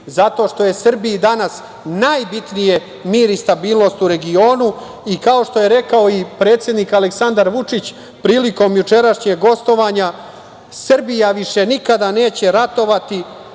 zato što je Srbija danas najbitniji mir i stabilnost u regionu i kao što je rekao i predsednik Aleksandar Vučić, prilikom gostovanja – Srbija više nikad neće ratovati,